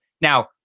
Now